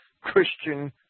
Christian